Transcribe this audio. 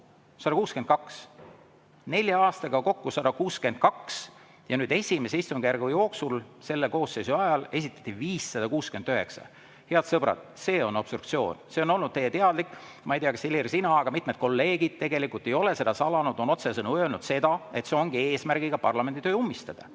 162 – nelja aastaga kokku 162 ja nüüd esimese istungjärgu jooksul selle koosseisu ajal esitati 569! Head sõbrad, see on obstruktsioon. See on olnud teie teadlik [tegevus]. Ma ei tea, kas Helir, sina, aga mitmed kolleegid tegelikult ei ole seda salanud, on otsesõnu öelnud, et seda tehaksegi eesmärgiga parlamendi töö ummistada.